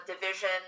division